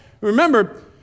remember